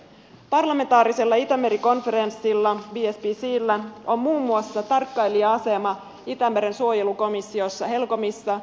parlamentaarisella itämeri konferenssilla bspcllä on muun muassa tarkkailija asema itämeren suojelukomissiossa helcomissa